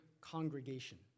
congregation